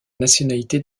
nationalité